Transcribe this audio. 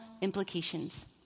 implications